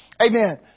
Amen